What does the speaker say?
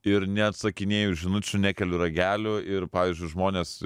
ir neatsakinėju žinučių nekeliu ragelio ir pavyzdžiui žmonės